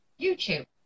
YouTube